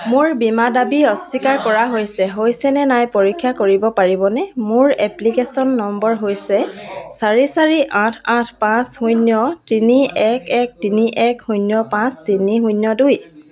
মোৰ বীমা দাবী অস্বীকাৰ কৰা হৈছে হৈছেনে নাই পৰীক্ষা কৰিব পাৰিবনে মোৰ এপ্লিকেশ্যন নম্বৰ হৈছে চাৰি চাৰি আঠ আঠ পাঁচ শূন্য তিনি এক এক তিনি এক শূন্য পাঁচ তিনি শূন্য দুই